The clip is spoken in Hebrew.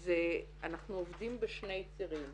אז אנחנו עובדים בשני צירים.